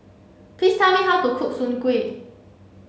please tell me how to cook Soon Kuih